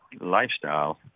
lifestyle